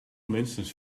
minstens